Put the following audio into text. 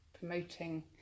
promoting